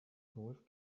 golf